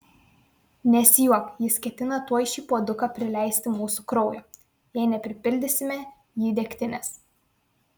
nesijuok jis ketina tuoj šį puoduką prileisti mūsų kraujo jei nepripildysime jį degtinės